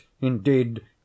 indeed